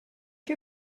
que